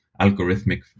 algorithmic